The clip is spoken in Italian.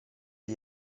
gli